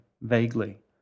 vaguely